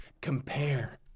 compare